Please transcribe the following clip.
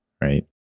right